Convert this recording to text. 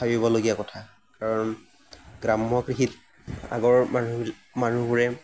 ভাবিবলগীয়া কথা কাৰণ গ্ৰাম্য কৃষিত আগৰ মানুহবি মানুহবোৰে